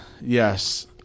Yes